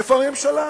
איפה הממשלה?